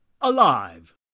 alive